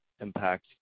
impact